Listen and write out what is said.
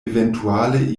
eventuale